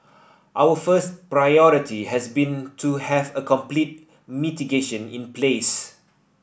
our first priority has been to have a complete mitigation in place